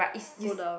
go down